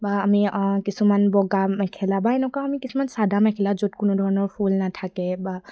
বা আমি কিছুমান বগা মেখেলা বা এনেকুৱা আমি কিছুমান চাদা মেখেলা য'ত কোনো ধৰণৰ ফুল নাথাকে বা